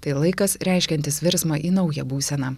tai laikas reiškiantis virsmą į naują būseną